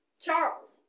Charles